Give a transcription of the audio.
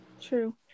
True